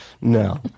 No